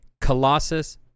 Colossus